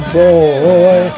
boy